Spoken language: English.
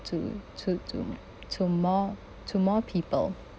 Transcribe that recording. to to to to more to more people